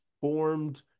formed